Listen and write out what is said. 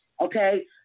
Okay